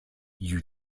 you